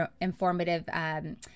informative